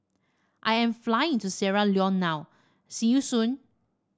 I am flying to Sierra Leone now see you soon